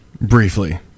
briefly